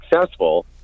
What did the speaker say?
successful